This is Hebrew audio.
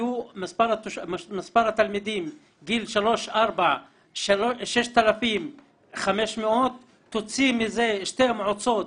מספר התלמידים בגיל שלוש-ארבע היו 6,500. תוציא מזה שתי מועצות,